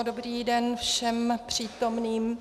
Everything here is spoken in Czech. Dobrý den všem přítomným.